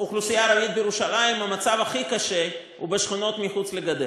האוכלוסייה הערבית בירושלים המצב הכי קשה הוא בשכונות שמחוץ לגדר,